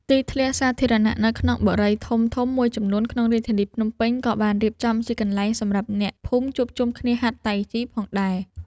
ទីធ្លាសាធារណៈនៅក្នុងបុរីធំៗមួយចំនួនក្នុងរាជធានីភ្នំពេញ ក៏បានរៀបចំជាកន្លែងសម្រាប់អ្នកភូមិជួបជុំគ្នាហាត់តៃជីផងដែរ។